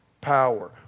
power